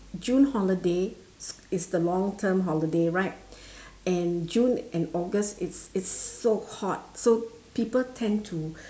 june holiday is the long term holiday right and june and august it's it's so hot so people tend to